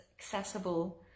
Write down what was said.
accessible